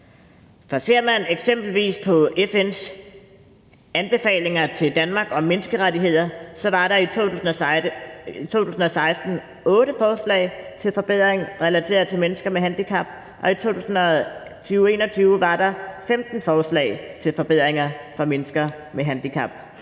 ser man eksempelvis på FN's anbefalinger om menneskerettigheder til Danmark, var der i 2016 8 forslag til forbedringer relateret til mennesker med handicap, og i 2020-21 var der 15 forslag til forbedringer for mennesker med handicap.